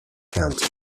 county